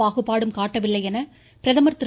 பாகுபாடும் காட்டவில்லை என பிரதமர் திரு